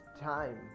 time